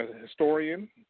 historian